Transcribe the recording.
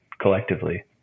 collectively